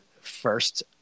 first